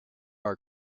our